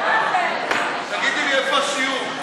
תגידי לי איפה השיעור,